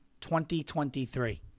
2023